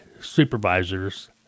supervisors